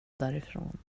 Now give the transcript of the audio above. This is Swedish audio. därifrån